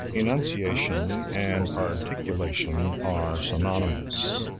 enunciation, and articulation are synonymous,